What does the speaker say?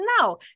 no